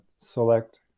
select